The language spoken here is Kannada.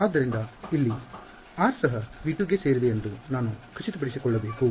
ಆದ್ದರಿಂದ ಇಲ್ಲಿ r ಸಹ V2 ಗೆ ಸೇರಿದೆ ಎಂದು ನಾನು ಖಚಿತಪಡಿಸಿಕೊಳ್ಳಬೇಕು